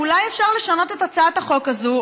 אולי אפשר לשנות את הצעת החוק הזאת,